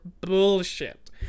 bullshit